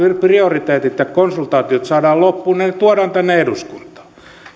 prioriteetit ja konsultaatiot saadaan loppuun ne tuodaan tänne eduskuntaan